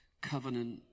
covenant